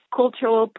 cultural